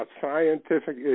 scientific